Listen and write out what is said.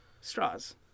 Straws